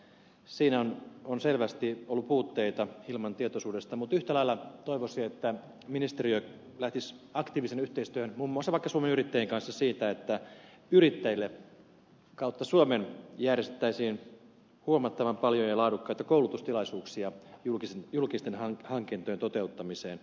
siinä on selvästi ollut puutteita hilman tietoisuudesta mutta yhtä lailla toivoisin että ministeriö lähtisi aktiiviseen yhteistyöhön muun muassa vaikka suomen yrittäjien kanssa siinä että yrittäjille kautta suomen järjestettäisiin huomattavan paljon ja laadukkaita koulutustilaisuuksia julkisten hankintojen toteuttamiseen